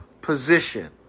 position